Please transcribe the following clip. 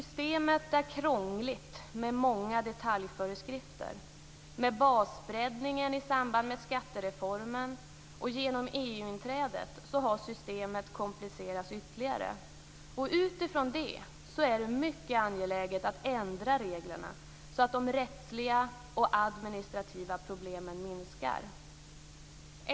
Systemet är krångligt med många detaljföreskrifter och med basbreddningen i samband med skattereformen och genom EU-inträdet har systemet komplicerats ytterligare. Utifrån detta är det mycket angeläget att ändra reglerna så att de rättsliga och administrativa problemen minskar.